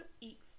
eat